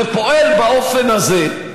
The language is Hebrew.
ופועל באופן הזה,